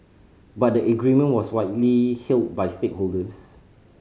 but the agreement was widely hailed by stakeholders